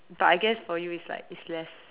but I guess for you it's like it's less